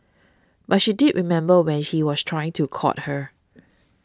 but she did remember when he was trying to court her